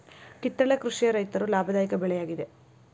ಕಿತ್ತಳೆ ಕೃಷಿಯ ರೈತರು ಲಾಭದಾಯಕ ಬೆಳೆ ಯಾಗಿದೆ